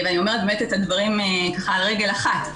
ואני אומרת את הדברים על רגל אחת,